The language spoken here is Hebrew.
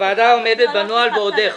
הוועדה עומדת בנוהל ועוד איך.